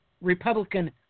Republican